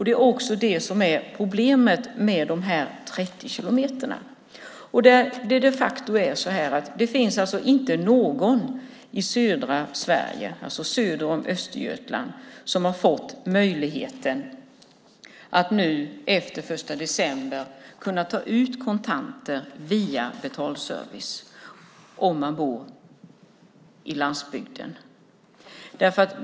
Det är också det som är problemet med de 30 kilometerna. Det är de facto så att det inte finns någon i södra Sverige, söder om Östergötland, som har fått möjligheten att efter den 1 december ta ut kontanter via betalservice om man bor i landsbygden.